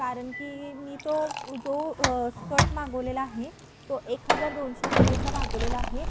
कारण की मी तो जो स्कर्ट मागवलेला आहे तो एक हजार दोनशे रुपयेचा मागवलेला आहे